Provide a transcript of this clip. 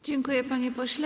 Dziękuję, panie pośle.